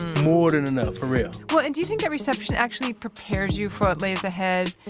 more than enough, for real well, and do you think reception actually prepares you for what lays ahead?